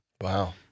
Wow